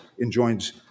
enjoins